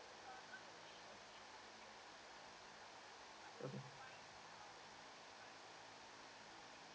okay